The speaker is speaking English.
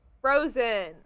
Frozen